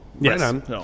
Yes